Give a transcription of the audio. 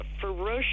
ferocious